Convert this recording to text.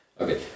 Okay